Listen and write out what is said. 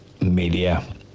media